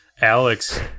Alex